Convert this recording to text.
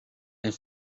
and